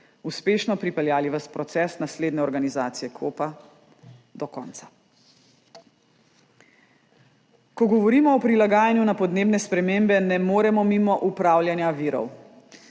uspešno pripeljali ves proces naslednje organizacije COP do konca. Ko govorimo o prilagajanju na podnebne spremembe, ne moremo mimo upravljanja virov.